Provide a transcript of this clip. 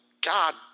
God